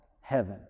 heaven